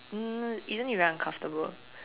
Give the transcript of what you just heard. um isn't it very uncomfortable